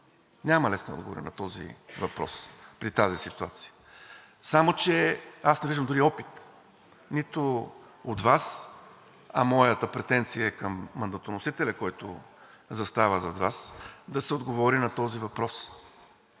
Няма лесни отговори на този въпрос при тази ситуация. Само че аз не виждам дори опит нито от Вас, а моята претенция е към мандатоносителя, който застава зад Вас, да се отговори на този въпрос.